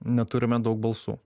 neturime daug balsų